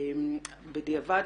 בדיעבד,